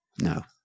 No